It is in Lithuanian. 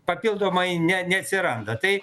papildomai ne neatsiranda tai